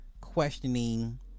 questioning